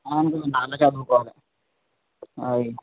ఆయి